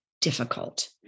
difficult